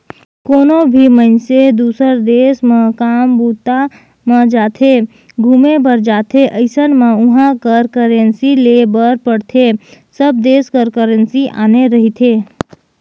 कोनो भी मइनसे दुसर देस म काम बूता म जाथे, घुमे बर जाथे अइसन म उहाँ कर करेंसी लेय बर पड़थे सब देस कर करेंसी आने रहिथे